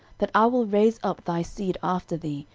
that i will raise up thy seed after thee,